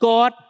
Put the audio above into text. God